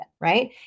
Right